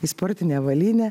į sportinę avalynę